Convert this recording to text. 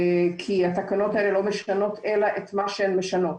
כי התקנות האלה לא משנות אלא את מה שהן משנות.